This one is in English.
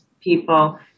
people